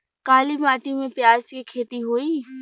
काली माटी में प्याज के खेती होई?